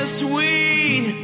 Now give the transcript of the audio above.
sweet